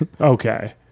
Okay